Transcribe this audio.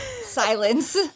silence